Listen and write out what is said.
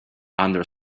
under